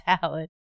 salad